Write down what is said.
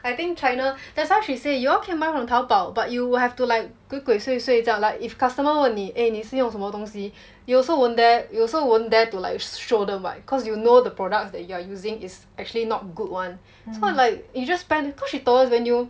I think china that's why she say you all can buy from Taobao but you will have to like 鬼鬼祟祟这样 like if customer 问你 eh 你是用什么东西 you also won't dare you also won't dare to like show them [what] cause you know the products that you are using is actually not good [one] so like you just spend cause she told us when you